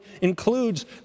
includes